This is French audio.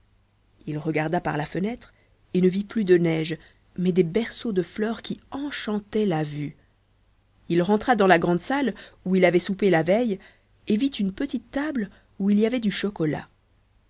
il regarda par la fenêtre et ne vit plus de neige mais des berceaux de fleurs qui enchantaient la vue il rentra dans la grande salle où il avait soupé la veille et vit une petite table où il y avait du chocolat